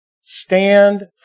Stand